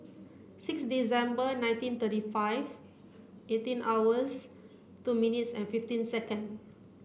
six December nineteen thirty five eighteen hours two minutes and fifteen second